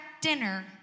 dinner